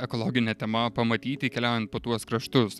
ekologine tema pamatyti keliaujant po tuos kraštus